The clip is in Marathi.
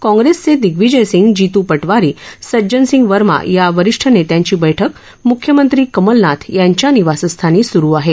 काँग्रेसचे दिग्वीजय सिंग जितू पटवारी सज्जनसिंग वर्मा या वरिष्ठ नेत्यांची बैठक मुख्यमंत्री कमलनाथ यांच्या निवासस्थानी सुरु आहे